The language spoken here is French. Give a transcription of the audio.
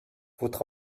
votre